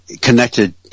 connected